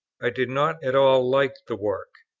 i did not at all like the work.